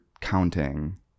counting